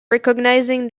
recognising